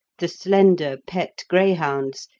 the slender pet greyhounds,